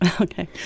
Okay